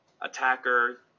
attacker